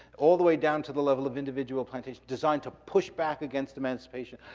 all the way down to the level of individual plantations, designed to push back against emancipation.